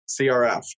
CRF